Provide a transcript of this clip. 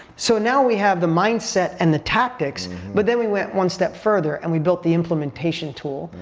so now we have the mindset and the tactics but then we went one step further and we built the implementation tool.